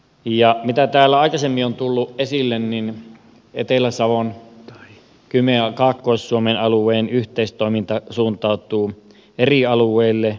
ja mitä täällä aikaisemmin on tullut esille niin etelä savon kymen ja kaakkois suomen alueen yhteistoiminta suuntautuu eri alueille